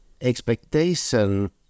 expectation